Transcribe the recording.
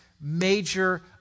major